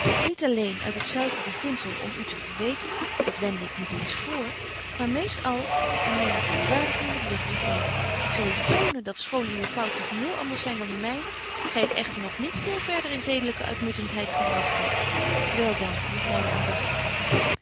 niet alleen uit het zuiver beginzel om u te verbeteren dat wende ik niet eens vr maar meest al om myne verontwaardiging wat lucht te geven ik zal u tonen dat schoon uwe fouten geheel anders zyn dan de mynen gy het echter nog niet veel verder in zedelyke uitmuntentheid gebragt hebt wel dan myne